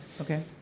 Okay